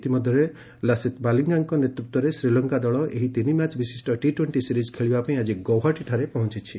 ଇତିମଧ୍ୟରେ ଲସିଥ୍ ମଲିଙ୍ଗାଙ୍କ ନେତୃତ୍ୱରେ ଶ୍ରୀଲଙ୍କା ଦଳ ଏହି ତିନି ମ୍ୟାଚ୍ ବିଶିଷ୍ଟ ଟି ଟୋଣ୍ଟି ସିରିଜ୍ ଖେଳିବା ପାଇଁ ଆଜି ଗୌହାଟୀଠାରେ ପହଞ୍ଚିଛି